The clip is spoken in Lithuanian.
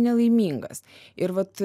nelaimingas ir vat